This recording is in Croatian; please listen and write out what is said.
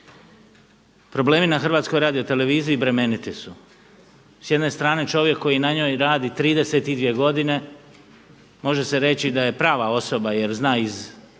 Problemi na Hrvatskoj radioteleviziji bremeniti su. S jedne strane čovjek koji na njoj radi 32 godine može se reći da je prava osoba, jer zna iz